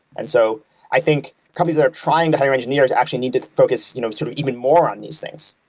and so i think companies that are trying to hire engineers actually need to focus you know sort of even more on these things.